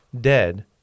dead